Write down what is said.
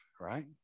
right